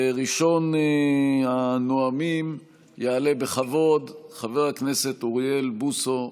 ראשון הנואמים יעלה בכבוד, חבר הכנסת אוריאל בוסו.